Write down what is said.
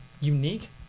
unique